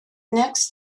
next